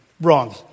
wrong